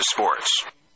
Sports